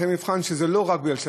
אחרי מבחן,